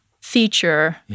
feature